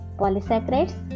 polysaccharides